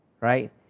Right